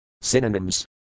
Synonyms